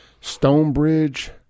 Stonebridge